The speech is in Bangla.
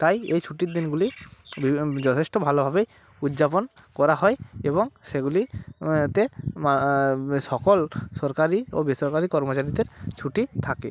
তাই এই ছুটির দিনগুলি বিভি যথেষ্ট ভালোভাবেই উদযাপন করা হয় এবং সেগুলি তে সকল সরকারি ও বেসরকারি কর্মচারীদের ছুটি থাকে